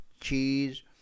cheese